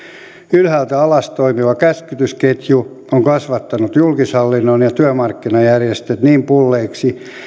ylhäältä alas toimiva käskytysketju on kasvattanut julkishallinnon ja ja työmarkkinajärjestöt niin pulleiksi